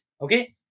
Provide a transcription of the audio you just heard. okay